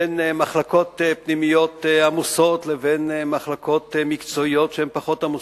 בין מחלקות פנימיות עמוסות לבין מחלקות מקצועיות שהן פחות עמוסות.